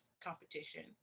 competition